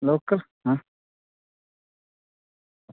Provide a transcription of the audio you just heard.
local अं